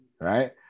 right